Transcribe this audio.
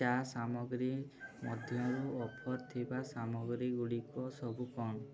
ଚା ସାମଗ୍ରୀ ମଧ୍ୟରୁ ଅଫର୍ ଥିବା ସାମଗ୍ରୀଗୁଡ଼ିକ ସବୁ କ'ଣ